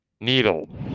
needle